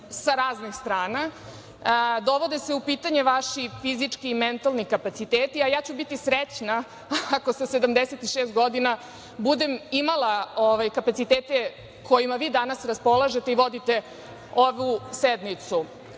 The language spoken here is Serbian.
sa raznih strana, dovode se u pitanje vaši fizički, mentalni kapaciteti, a ja ću biti srećni ako sa 76 godina budem imala ovaj kapacitete kojima vi danas raspolažete i vodite ovu sednicu. Takođe,